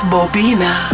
Bobina